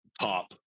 top